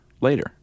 later